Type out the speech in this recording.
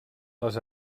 les